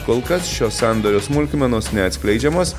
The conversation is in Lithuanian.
kol kas šio sandorio smulkmenos neatskleidžiamos